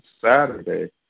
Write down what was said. Saturday